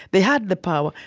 they had the power.